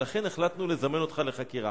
ולכן החלטנו לזמן אותך לחקירה".